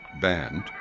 band